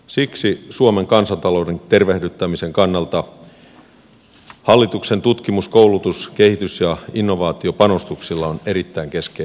siksi suomen kansantalouden tervehdyttämisen kannalta hallituksen tutkimus koulutus kehitys ja innovaatiopanostuksilla on erittäin keskeinen rooli